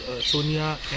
Sonia